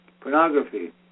Pornography